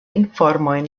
informojn